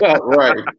Right